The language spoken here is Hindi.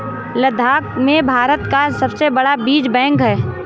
लद्दाख में भारत का सबसे बड़ा बीज बैंक है